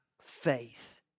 faith